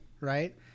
right